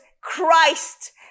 Christ